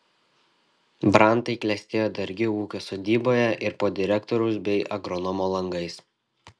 brantai klestėjo dargi ūkio sodyboje ir po direktoriaus bei agronomo langais